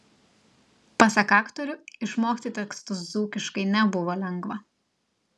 pasak aktorių išmokti tekstus dzūkiškai nebuvo lengva